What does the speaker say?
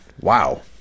wow